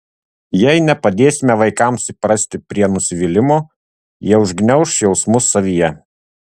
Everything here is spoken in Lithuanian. jei nepadėsime vaikams įprasti prie nusivylimo jie užgniauš jausmus savyje